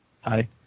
Hi